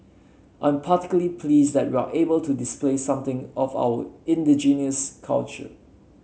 I'm particularly pleased that we're able to display something of our indigenous culture